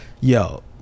Yo